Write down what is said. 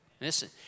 Listen